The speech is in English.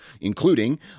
including